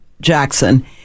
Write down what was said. Jackson